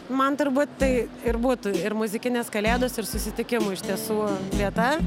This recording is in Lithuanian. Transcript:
man turbūt tai ir būtų ir muzikinės kalėdos ir susitikimui iš tiesų vieta